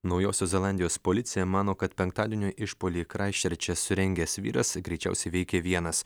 naujosios zelandijos policija mano kad penktadienio išpuolį kraisčerče surengęs vyras greičiausiai veikė vienas